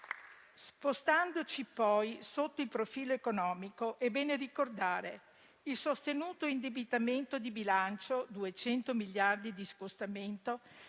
Spostandoci, poi, sotto il profilo economico, è bene ricordare il sostenuto indebitamento di bilancio (200 miliardi di scostamento)